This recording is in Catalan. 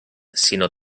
sinó